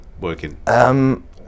working